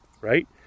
Right